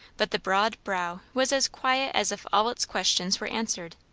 but the broad brow was as quiet as if all its questions were answered,